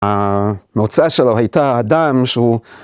‫המוצא שלו הייתה אדם שהוא...